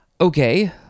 Okay